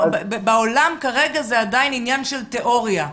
בעולם כרגע זה עדיין עניין של תיאורה.